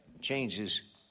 changes